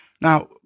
Now